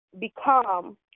become